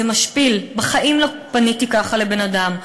זה משפיל, בחיים לא פניתי ככה לבן-אדם.